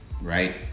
Right